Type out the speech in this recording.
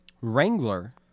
Wrangler